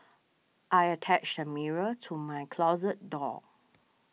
I attached a mirror to my closet door